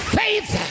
faith